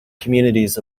communities